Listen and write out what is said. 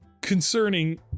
concerning